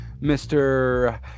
Mr